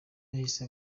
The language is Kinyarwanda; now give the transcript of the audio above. yahise